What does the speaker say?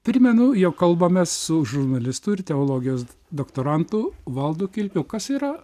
primenu jog kalbamės su žurnalistu ir teologijos doktorantu valdu kilpiu kas yra